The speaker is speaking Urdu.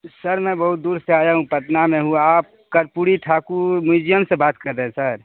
سر میں بہت دور سے آیا ہوں پٹنہ میں ہوں آپ کرپوڑی تھاکر میوجیم سے بات کر رہے ہیں سر